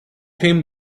him